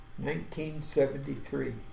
1973